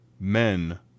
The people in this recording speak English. Men